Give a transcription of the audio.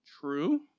True